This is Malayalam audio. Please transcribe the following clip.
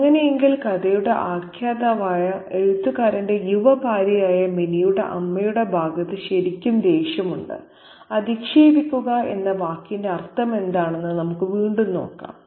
അങ്ങനെയെങ്കിൽ കഥയുടെ ആഖ്യാതാവായ എഴുത്തുകാരന്റെ യുവഭാര്യയായ മിനിയുടെ അമ്മയുടെ ഭാഗത്ത് ശരിക്കും ദേഷ്യമുണ്ട് അധിക്ഷേപിക്കുക എന്ന വാക്കിന്റെ അർത്ഥമെന്താണെന്ന് നമുക്ക് വീണ്ടും നോക്കാം